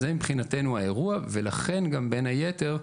זה מבחינתנו האירוע, לכן גם בין היתר,